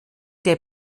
der